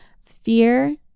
fear